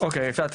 זאת ההמלצה.